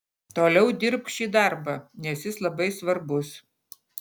toliau dirbk šį darbą nes jis labai svarbus